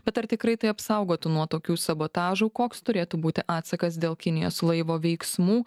bet ar tikrai tai apsaugotų nuo tokių sabotažų koks turėtų būti atsakas dėl kinijos laivo veiksmų